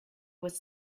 was